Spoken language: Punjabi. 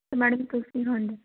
ਅਤੇ ਮੈਡਮ ਤੁਸੀ ਹਾਂਜੀ